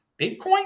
Bitcoin